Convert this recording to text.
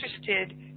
interested